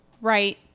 right